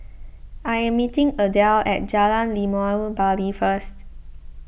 I am meeting Adele at Jalan Limau Bali first